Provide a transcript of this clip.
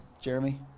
Jeremy